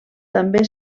també